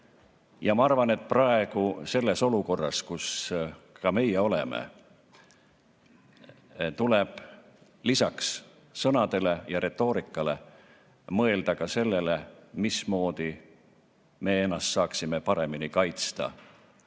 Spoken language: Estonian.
Ma arvan, et praegu, selles olukorras, kus ka meie oleme, tuleb lisaks sõnadele ja retoorikale mõelda sellele, mismoodi me ise saaksime ennast paremini kaitsta,